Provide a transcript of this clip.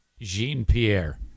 Jean-Pierre